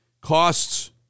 costs